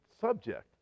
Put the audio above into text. subject